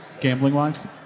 gambling-wise